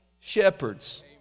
shepherds